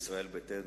ישראל ביתנו,